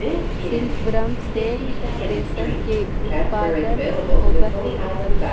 silkworm से रेशम के उत्पादन होवऽ हइ